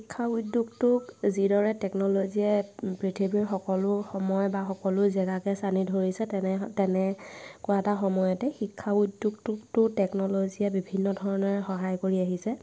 শিক্ষা উদ্যোগটোক যিদৰে টেকন'লজিয়ে পৃথিৱীৰ সকলো সময় বা সকলো জেগাকেই চানি ধৰিছে তেনে তেনেকুৱা এটা সময়তে শিক্ষা উদ্যোগটোক টেকন'লজিয়ে বিভিন্ন ধৰণে সহায় কৰি আহিছে